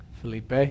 Felipe